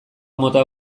mota